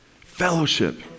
Fellowship